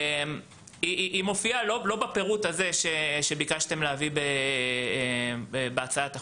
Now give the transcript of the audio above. היא מופיעה לא בפירוט הזה שביקשתם להביא בהצעת החוק.